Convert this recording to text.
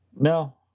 No